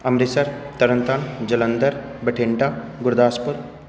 Amritsar Tarn Taran Jalandhar Bathinda Gurdaspur